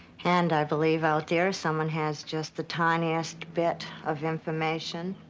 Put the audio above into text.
and i believe out there someone has just the tiniest bit of information.